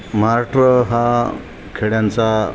महाराष्ट्र हा खेड्यांचा